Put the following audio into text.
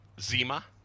Zima